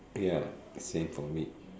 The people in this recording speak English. ya same for me